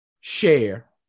share